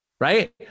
right